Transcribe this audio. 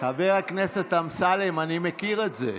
חבר הכנסת אמסלם, אני מכיר את זה.